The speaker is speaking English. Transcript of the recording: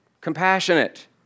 compassionate